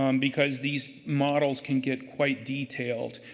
um because these models can get quite detailed.